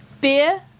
beer